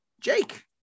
Jake